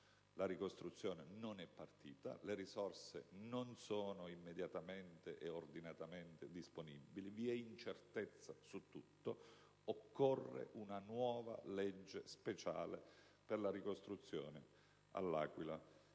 La ricostruzione non è partita; le risorse non sono immediatamente e ordinatamente disponibili; vi è incertezza su tutto; occorre una nuova legge speciale per la ricostruzione all'Aquila e nel